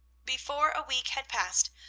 before a week had passed,